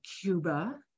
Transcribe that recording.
Cuba